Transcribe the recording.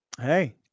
Hey